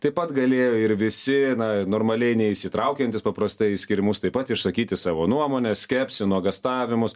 taip pat galėjo ir visi na normaliai neįsitraukiantys paprastai į skyrimus taip pat išsakyti savo nuomonę skepsį nuogąstavimus